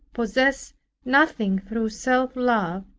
possess nothing through self-love,